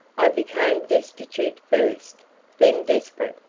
i became destitute first then desperate.